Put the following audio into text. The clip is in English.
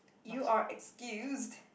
you are excused